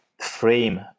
frame